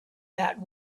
that